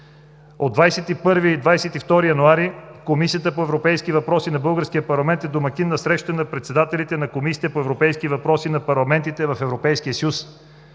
От 21 и 22 януари Комисията по европейски въпроси на българския парламент е домакин на Среща на председателите на комисиите по европейски въпроси на парламентите в Европейския